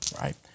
Right